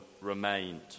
remained